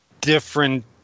different